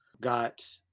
got